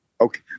Okay